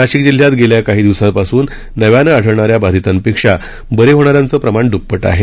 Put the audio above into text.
नाशिक जिल्ह्यात गेल्या काही दिवसांपासून नव्यानं आढळणाऱ्या बाधितांपेक्षा बरे होणाऱ्यांचं प्रमाण दुप्पट आहे